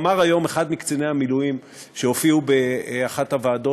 אמר היום אחד מקציני המילואים שהופיעו באחת הוועדות,